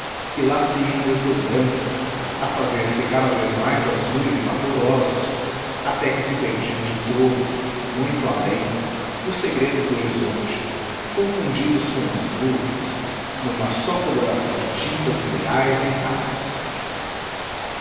e lá se iam desdobrando a fazer-se cada vez mais azuis e vaporosos até que se perdiam de todo muito além nos segredos do horizonte confundidos com as nuvens numa só coloração de tintas ideais e castas